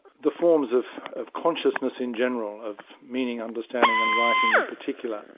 the forms of of consciousness in general, of meaning, understanding and writing in particular,